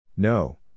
No